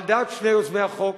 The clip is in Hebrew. על דעת שני יוזמי החוק,